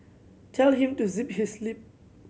tell him to zip his lip